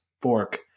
fork